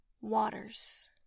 waters